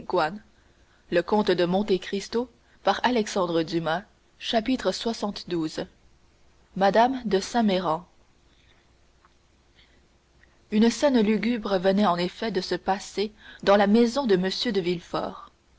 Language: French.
madame de saint méran une scène lugubre venait en effet de se passer dans la maison de m de